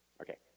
okay